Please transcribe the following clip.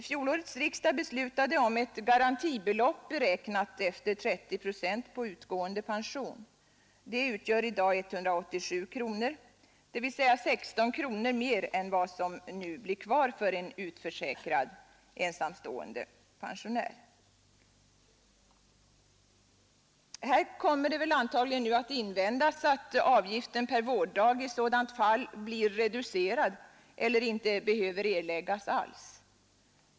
Fjolårets riksdag beslutade om ett garantibelopp, beräknat efter 30 procent på utgående pension. Det utgör i dag 187 kronor, dvs. 16 kronor mer än vad som nu blir kvar för en utförsäkrad ensamstående pensionär. Här kommer antagligen att invändas att avgiften per vårddag i sådant fall blir reducerad eller inte behöver erläggas alls.